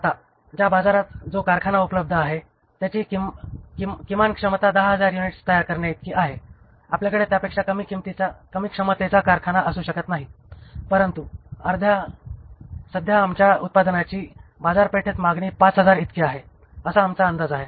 आता ज्या बाजारात जो कारखाना उपलब्ध आहे त्याची किमान क्षमता 10000 युनिट्स तयार करण्याइतकी आहे आपल्याकडे त्यापेक्षा कमी क्षमतेचा कारखाना असू शकत नाही परंतु सध्या आमच्या उत्पादनाची बाजारपेठेत मागणी 5000 इतकी आहे असा आमचा अंदाज आहे